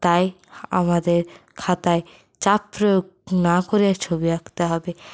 তাই আমাদের খাতায় চাপ প্রয়োগ না করে ছবি আঁকতে হবে